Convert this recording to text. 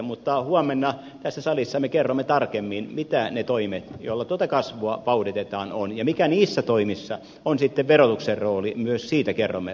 mutta huomenna tässä salissa me kerromme tarkemmin mitä ne toimet joilla tuota kasvua vauhditetaan ovat ja mikä niissä toimissa on sitten verotuksen rooli myös siitä kerromme huomenna tarkemmin